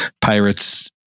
Pirates